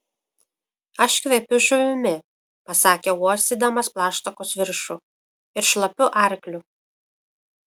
aš kvepiu žuvimi pasakė uostydamas plaštakos viršų ir šlapiu arkliu